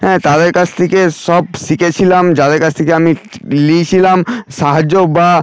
হ্যাঁ তাদের কাছ থেকে সব শিখেছিলাম যাদের কাছ থেকে আমি লিইছিলাম সাহায্য বা